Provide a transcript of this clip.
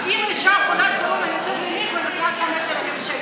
אם אישה חולת קורונה יוצאת למקווה זה קנס 5,000 שקל,